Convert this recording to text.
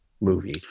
movie